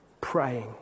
praying